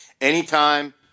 anytime